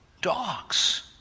dogs